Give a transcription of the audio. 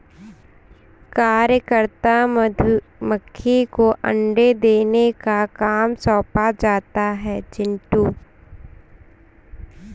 कार्यकर्ता मधुमक्खी को अंडे देने का काम सौंपा जाता है चिंटू